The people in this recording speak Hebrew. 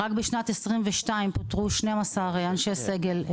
רק בשנת 2022 פוטרו 12 אנשי סגל.